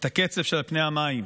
את הקצף שעל פני המים,